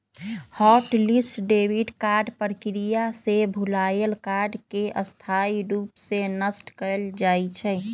hot list debit card प्रक्रिया से भुतलायल कार्ड के स्थाई रूप से नष्ट कएल जाइ छइ